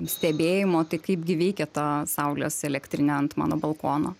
stebėjimo tai kaip gi veikia tą saulės elektrinė ant mano balkono